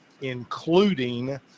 including